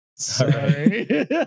Sorry